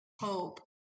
hope